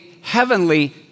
heavenly